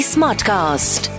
Smartcast